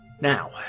Now